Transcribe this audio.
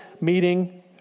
meeting